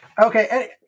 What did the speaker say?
Okay